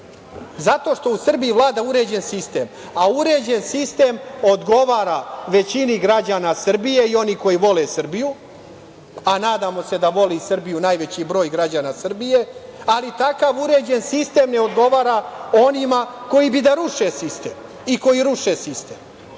zato što u Srbiji vlada uređene sistem, a uređen sistem odgovara većini građana Srbije i oni koji vole Srbiju, a nadamo se da voli Srbiju najveći broj građana Srbije, ali takav uređen sistem ne odgovara onima koji bi da ruše sistem i koji ruše sistem. Moje